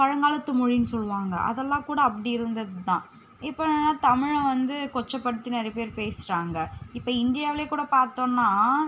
பழங்காலத்து மொழின்னு சொல்லுவாங்கள் அதெல்லாம் கூட அப்படி இருந்தது தான் இப்போ என்னன்னா தமிழை வந்து கொச்சைப்படுத்தி நிறைய பேர் பேசுகிறாங்க இப்போ இந்தியாவிலையே கூட பார்த்தோன்னா